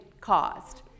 caused